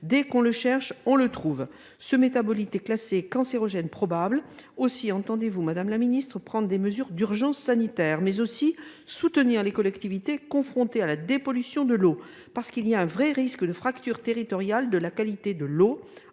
Dès qu’on le cherche, on le trouve ! Ce métabolite est classé cancérogène probable. Aussi, madame la ministre, entendez vous prendre des mesures d’urgence sanitaire, mais aussi soutenir les collectivités confrontées à la nécessaire dépollution de l’eau ? En effet, il y a un réel risque de fracture territoriale de la qualité de l’eau,